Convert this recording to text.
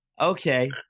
Okay